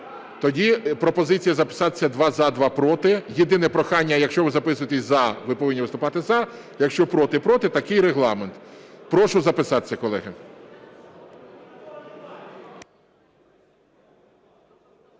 Тоді пропозиція записатися: два – за, два – проти. Єдине прохання, якщо ви записуєтеся "за" – ви повинні виступати "за", якщо "проти" – "проти", такий Регламент. Прошу записатися, колеги.